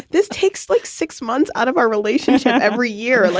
this takes like six months out of our relationship every year. like